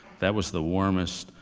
that was the warmest,